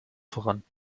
voran